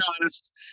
honest